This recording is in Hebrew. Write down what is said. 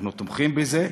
אנחנו תומכים בזה,